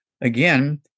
again